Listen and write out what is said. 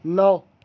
نو